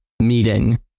meeting